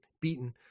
beaten